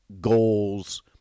goals